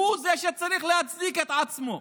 הוא זה שצריך להצדיק את עצמו.